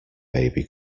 baby